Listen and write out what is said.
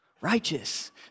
righteous